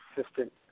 assistant